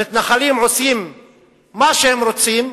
המתנחלים עושים מה שהם רוצים,